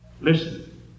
Listen